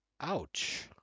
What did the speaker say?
Ouch